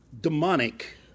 Demonic